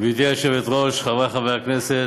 גברתי היושבת-ראש, חברי חברי הכנסת,